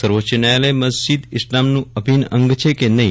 સર્વોચ્ચ ન્યાયાલયે મસ્જિદ ઇરલામનું અભિન્ન અંગ છે કે નહીં